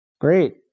Great